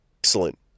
excellent